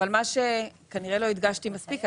מה שכנראה לא הדגשתי מספיק זה,